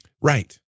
Right